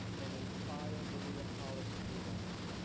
and inspire berea college students.